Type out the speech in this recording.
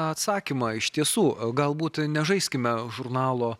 atsakymą iš tiesų galbūt nežaiskime žurnalo